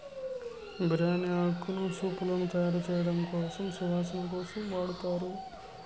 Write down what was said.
బిర్యాని ఆకును సూపులను తయారుచేయడంలో సువాసన కోసం వాడతారు